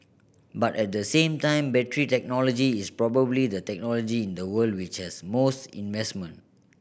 but at the same time battery technology is probably the technology in the world which has most investment